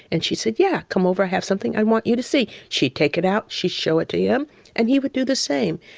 and she said, yeah, come over, have something i want you to see. she take it out. she show it to him and he would do the same.